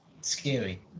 scary